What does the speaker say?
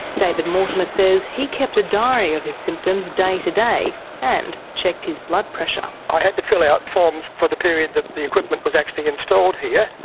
david mortimer says he kept a diary of his symptoms day to day and checked his blood pressure. i had to fill out forms for the period that the equipment was actually installed here,